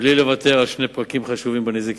בלי לוותר על שני פרקים חשובים בנזיקין,